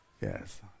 Yes